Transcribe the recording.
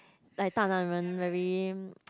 like 大男人 very